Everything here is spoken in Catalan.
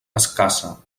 escassa